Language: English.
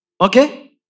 Okay